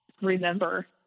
remember